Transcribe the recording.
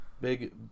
big